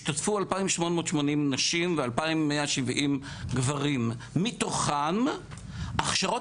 השתתפו 2,880 נשים 2,170 גברים מתוחכם הכשרות